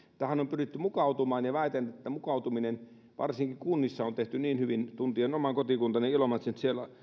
tähän on pyritty mukautumaan ja väitän että mukautuminen varsinkin kunnissa on tehty niin hyvin tuntien oman kotikuntani ilomantsin